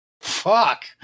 Fuck